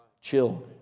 chill